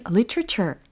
literature